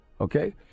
Okay